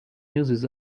uses